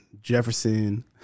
Jefferson